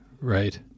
Right